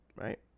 right